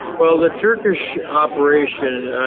well, the turkish operation,